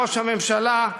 ראש הממשלה,